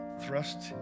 thrust